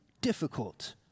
difficult